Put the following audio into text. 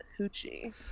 Hoochie